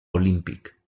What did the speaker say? olímpic